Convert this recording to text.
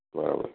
બરાબર